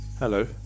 Hello